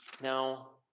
Now